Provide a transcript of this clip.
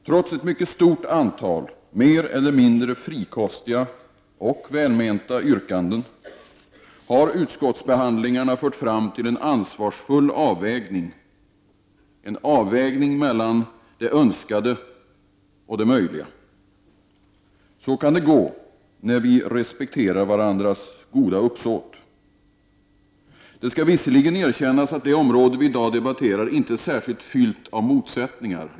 Trots ett mycket stort antal mer eller mindre frikostiga och välmenta yrkanden har utskottsbehandlingen fört fram till en ansvarsfull avvägning, en avvägning mellan det önskvärda och det möjliga. Så kan det gå när vi respekterar varandras goda uppsåt. Det skall visserligen erkännas att det område som vi i dag debatterar inte är särskilt fyllt av motsättningar.